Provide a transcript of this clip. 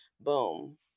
boom